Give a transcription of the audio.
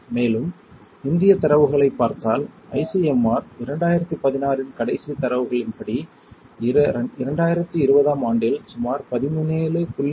மேலும் இந்தியத் தரவுகளைப் பார்த்தால் ஐசிஎம்ஆர் 2016 இன் கடைசித் தரவுகளின்படி 2020 ஆம் ஆண்டில் சுமார் 17